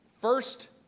First